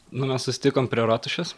na mes susitikom prie rotušės